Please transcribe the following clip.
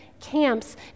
camps